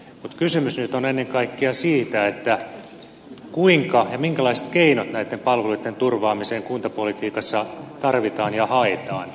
mutta kysymys nyt on ennen kaikkea siitä minkälaiset keinot näitten palveluitten turvaamiseen kuntapolitiikassa tarvitaan ja haetaan